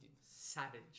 savage